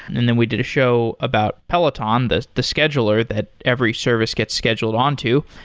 and then we did a show about peloton, the the scheduler that every service gets scheduled on to.